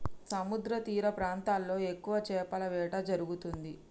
సముద్రతీర ప్రాంతాల్లో ఎక్కువ చేపల వేట జరుగుతుంది